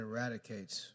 Eradicates